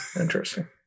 Interesting